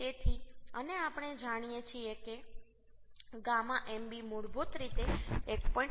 તેથી અને આપણે જાણીએ છીએ કે γ mb મૂળભૂત રીતે 1